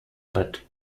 but